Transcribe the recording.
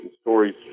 stories